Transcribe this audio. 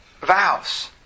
Vows